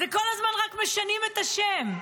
זה כל הזמן, רק משנים את השם.